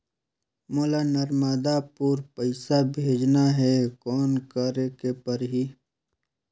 मोला नर्मदापुर पइसा भेजना हैं, कौन करेके परही?